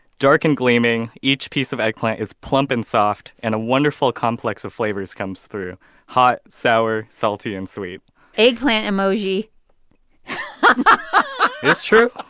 dark and gleaming, each piece of eggplant is plump and soft, and a wonderful complex of flavors comes through hot, sour, salty and sweet eggplant emoji but it's true